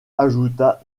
ajouta